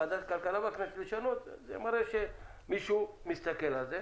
הכלכלה בכנסת לשנות, זה מראה שמישהו מסתכל על הזה.